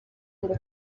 ngo